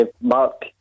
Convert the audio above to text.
Mark